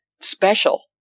special